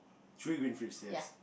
three green fish yes